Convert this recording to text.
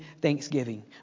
thanksgiving